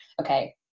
okay